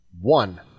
one